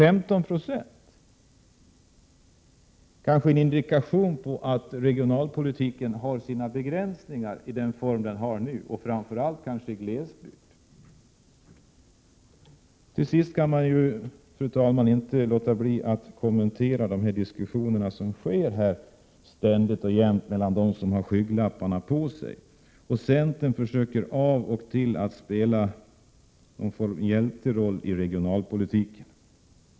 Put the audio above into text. Detta är kanske en indikation på att regionalpolitiken har sina begränsningar i sin nuvarande form, framför allt när det gäller glesbygden. Fru talman! Jag kan inte låta bli att kommentera de diskussioner som förs här ständigt och jämt mellan dem som har skygglapparna på sig. Centern försöker av och till att spela någon sorts hjälteroll i regionalpolitiken.